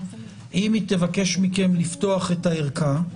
אם היא תבקש מכם לפתוח את הערכה?